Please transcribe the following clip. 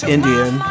Indian